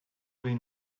been